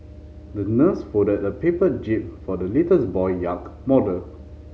the nurse folded a paper jib for the little boy yacht model